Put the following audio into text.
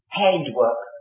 handwork